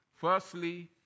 Firstly